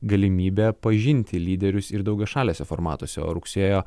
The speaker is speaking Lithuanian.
galimybę pažinti lyderius ir daugiašaliuose formatuose o rugsėjo